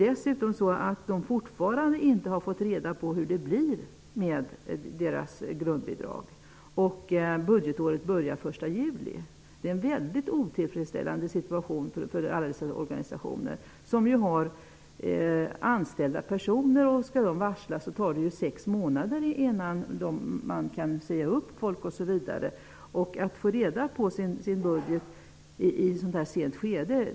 Dessutom har de fortfarande inte fått reda på hur det blir med deras grundbidrag. Budgetåret börjar den 1 juli. Det är en väldigt otillfredsställande situation för alla dessa organisationer. De har ju anställda personer. Det tar 6 månader från det att man har varslat de anställda innan man kan säga upp dem. Det är verkligen inte tillfredsställande att få reda på sin budget i ett så sent skede.